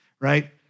right